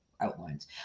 outlines